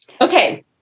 Okay